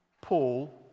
Paul